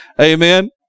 Amen